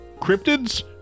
cryptids